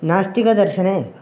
नास्तिकदर्शने